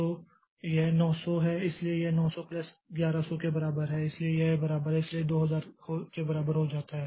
तो यह 900 है इसलिए यह 900 प्लस 1100 के बराबर है इसलिए यह बराबर है यह 2000 के बराबर हो जाता है